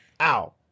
Ow